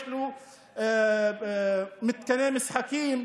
יש לו מתקני משחקים,